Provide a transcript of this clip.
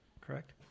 correct